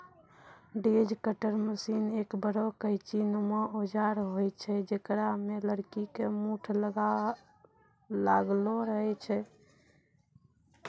hedge cutter machine एक बड़ो कैंची नुमा औजार होय छै जेकरा मॅ लकड़ी के मूठ लागलो रहै छै